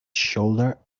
shoulder